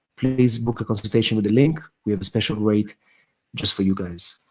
please book a consultation with the link. we have a special rate just for you, guys.